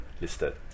listed